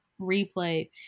replay